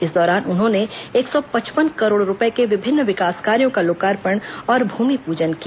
इस दौरान उन्होंने एक सौ पचपन करोड़ रूपए के विभिन्न विकास कार्यो का लोकार्पण और भूमिपूजन किया